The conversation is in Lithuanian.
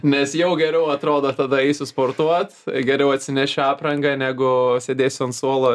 nes jau geriau atrodo tada eisiu sportuot geriau atsinešiu aprangą negu sėdėsiu ant suolo